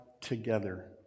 together